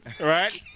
right